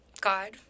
God